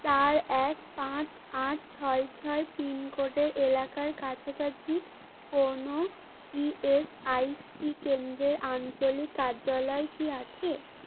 চার এক পাঁচ আট ছয় ছয় পিনকোডের এলাকার কাছাকাছি কোনও ইএসআইসি কেন্দ্রের আঞ্চলিক কার্যালয় কি আছে